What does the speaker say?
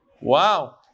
Wow